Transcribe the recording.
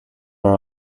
are